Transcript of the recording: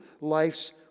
life's